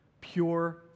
Pure